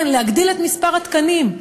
כן, להגדיל את מספר התקנים.